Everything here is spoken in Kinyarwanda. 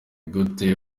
gute